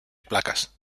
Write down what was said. placas